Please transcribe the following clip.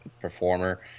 performer